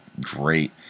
great